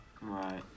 Right